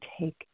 take